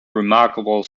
remarkable